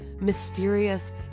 mysterious